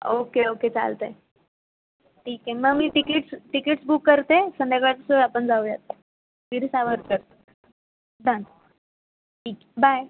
okay okay चालतं आहे ठीक आहे मग मी टिकीट्स टिकीट्स बुक करते संध्याकाळचं आपण जाऊयात वीर सावरकर डन ठीक बाय